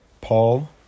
Paul